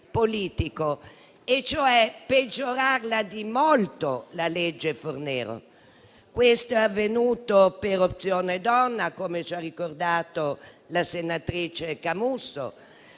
politico e cioè peggiorare di molto la legge Fornero. Questo è avvenuto per opzione donna, come ci ha ricordato la senatrice Camusso,